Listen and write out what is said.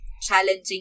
challenging